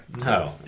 No